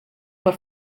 per